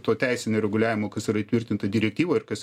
tuo teisiniu reguliavimu kas yra įtvirtinta direktyvoj ir kas